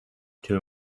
two